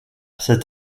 cet